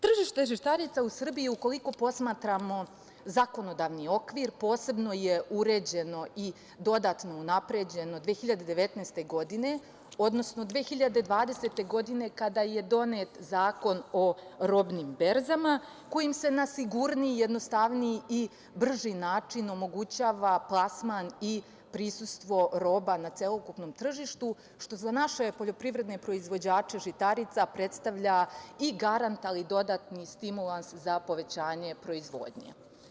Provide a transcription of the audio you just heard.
Tržište žitarica u Srbiji, ukoliko posmatramo zakonodavni okvir, posebno je uređeno i dodatno unapređeno 2019. godine, odnosno 2020. godine, kada je donet Zakon o robnim berzama, kojim se na sigurniji, jednostavniji i brži način omogućava plasman i prisustvo roba na celokupnom tržištu, što za naše poljoprivredne proizvođače žitarica predstavlja i garant, a i dodatni stimulans za povećanje proizvodnje.